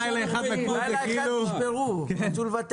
נעם שרלו, נציג האוצר, בבקשה.